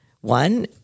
one